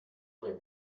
with